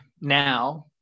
now